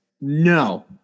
No